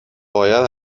باید